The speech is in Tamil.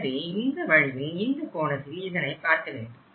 எனவே இந்த வழியில் இந்த கோணத்தில் இதனை பார்க்கவேண்டும்